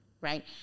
right